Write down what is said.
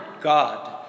God